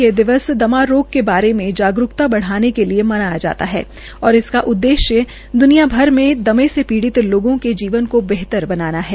यह दिवस दमा रोग के बारे में जागरूकता बढ़ाने के लिये मनाया जाता है और इसका उद्देश्य दुनिया भर में दमे से पीडित लोगों के जीवन को बेहतर बनाना है